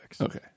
okay